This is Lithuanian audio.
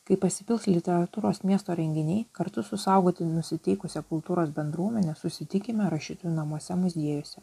kai pasipils literatūros miesto renginiai kartu su saugoti nusiteikusia kultūros bendruomene susitikime rašytojų namuose muziejuose